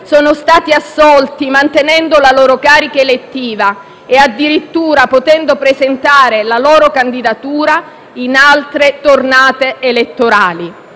sono stati assolti mantenendo la loro carica elettiva e addirittura potendo presentare la loro candidatura in altre tornate elettorali.